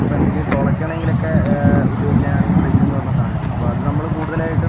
നമുക്കിപ്പോൾ എന്തെങ്കിലുമൊക്കെ തുളക്കണമെങ്കിലൊക്കെ ഉപയോഗിക്കാനാണ് ഈ ഡ്രിൽ എന്ന് പറയുന്ന സാധനം അപ്പോൾ അത് നമ്മള് കൂടുതലായിട്ടും